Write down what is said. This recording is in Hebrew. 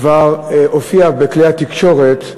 כבר הופיע בכלי התקשורת,